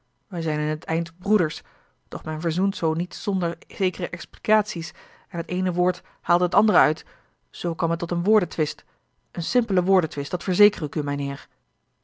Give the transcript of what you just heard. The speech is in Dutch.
wij zijn in t eind broeders doch men verzoent zoo niet zonder zekere explicaties en t eene woord haalde het andere uit zoo kwam het tot een woordentwist een simpelen woordentwist dat verzeker ik u